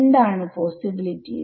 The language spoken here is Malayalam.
എന്താണ് പോസ്സിബിലിറ്റീസ്